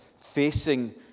facing